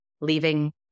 leaving